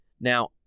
Now